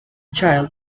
child